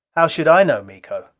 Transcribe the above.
how should i know, miko?